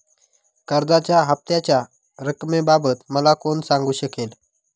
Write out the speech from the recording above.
कर्जाच्या हफ्त्याच्या रक्कमेबाबत मला कोण सांगू शकेल?